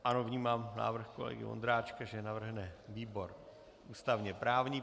Ano, vnímám návrh kolegy Vondráčka, že navrhne výbor ústavněprávní.